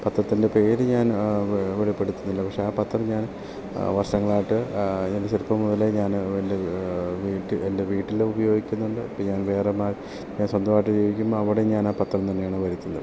പത്രത്തിൻ്റെ പേര് ഞാൻ വെളിപ്പെടുത്തുന്നില്ല പക്ഷേ ആ പത്രം ഞാൻ വർഷങ്ങളായിട്ട് എൻ്റെ ചെറുപ്പം മുതലേ ഞാൻ എൻ്റെ വീട്ടിൽ എൻ്റെ വീട്ടിൽ ഉപയോഗിക്കുന്നുണ്ട് ഇപ്പോൾ ഞാൻ വേറെ ഞാൻ സ്വന്തമായിട്ട് ജീവിക്കുമ്പോൾ അവിടെയും ഞാൻ ആ പത്രം തന്നെയാണ് വരുത്തുന്നത്